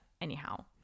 Anyhow